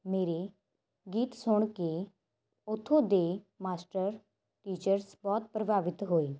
ਮੇਰੇ ਗੀਤ ਸੁਣ ਕੇ ਉੱਥੋਂ ਦੇ ਮਾਸਟਰ ਟੀਚਰਸ ਬਹੁਤ ਪ੍ਰਭਾਵਿਤ ਹੋਏ